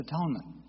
atonement